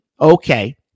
Okay